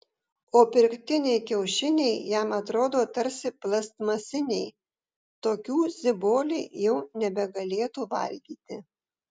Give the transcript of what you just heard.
o pirktiniai kiaušiniai jam atrodo tarsi plastmasiniai tokių ziboliai jau nebegalėtų valgyti